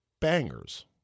bangers